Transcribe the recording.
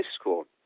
school